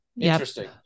interesting